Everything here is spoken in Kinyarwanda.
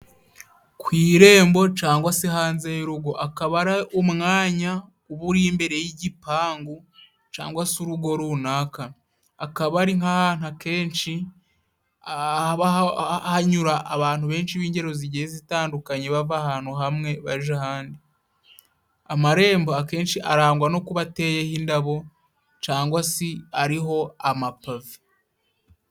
Ku irembo cangwa se hanze y'urugo akaba ari umwanya uba uri imbere y'igipangu, cangwa se urugo runaka. akaba ari nk'ahantu kenshi haba hanyura abantu benshi b'ingero zigiye zitandukanye bava ahantu hamwe baja ahandi. Amarembo akenshi arangwa no kuba ateyeho indabo cyangwa se ariho amapave.